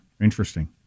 Interesting